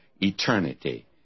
eternity